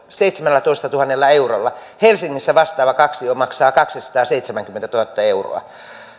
seitsemällätoistatuhannella eurolla helsingissä vastaava kaksio maksaa kaksisataaseitsemänkymmentätuhatta euroa